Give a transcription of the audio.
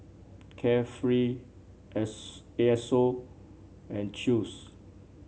Carefree S A S O and Chew's